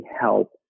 help